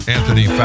Anthony